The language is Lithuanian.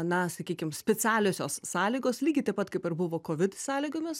na sakykim specialiosios sąlygos lygiai taip pat kaip ir buvo kovid sąlygomis